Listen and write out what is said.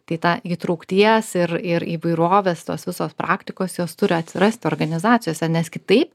tai tą įtraukties ir ir įvairovės tos visos praktikos jos turi atsirasti organizacijose nes kitaip